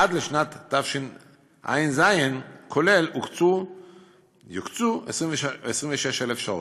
עד לשנת תשע"ז וכולל יוקצו 26,000 שעות.